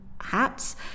hats